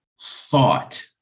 thought